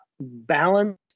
balance